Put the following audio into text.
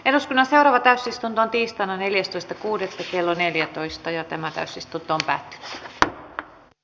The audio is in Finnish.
eduskunnassa täysistuntoon tiistaina neljästoista kuudetta kello neljätoista ja tämä täysistunto päät päättyi